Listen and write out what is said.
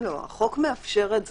החוק מאפשר את זה.